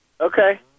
Okay